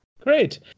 Great